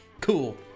cool